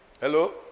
Hello